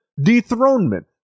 dethronement